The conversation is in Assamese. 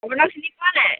আপোনাক চিনি পোৱা নাই